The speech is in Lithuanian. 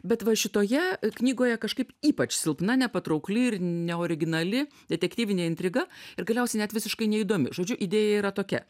bet va šitoje knygoje kažkaip ypač silpna nepatraukli ir neoriginali detektyvinė intriga ir galiausiai net visiškai neįdomi žodžiu idėja yra tokia